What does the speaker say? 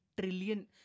trillion